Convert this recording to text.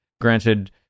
Granted